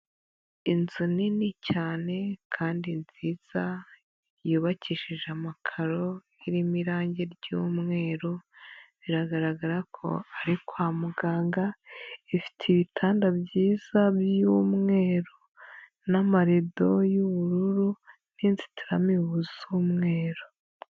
Inzu nini cyane kandi nziza, yubakishije amakaro, irimo irangi ry'umweru, biragaragara ko ari kwa muganga, ifite ibitanda byiza by'umweru n'amarido y'ubururu n'inzitiramibu z'umweru.